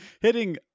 hitting